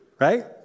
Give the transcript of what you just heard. right